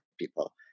people